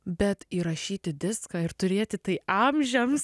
bet įrašyti diską ir turėti tai amžiams